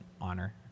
honor